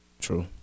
True